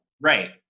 Right